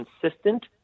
consistent